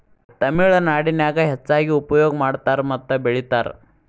ತಮಿಳನಾಡಿನ್ಯಾಗ ಹೆಚ್ಚಾಗಿ ಉಪಯೋಗ ಮಾಡತಾರ ಮತ್ತ ಬೆಳಿತಾರ